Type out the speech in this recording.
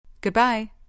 Goodbye